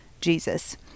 Jesus